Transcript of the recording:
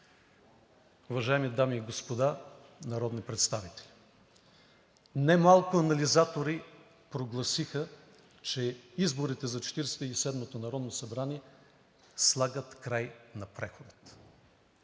Уважаеми дами и господа народни представители, немалко анализатори прогласиха, че изборите за Четиридесет и седмото народно събрание слагат край на прехода.